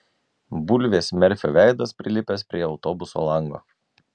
bulvės merfio veidas prilipęs prie autobuso lango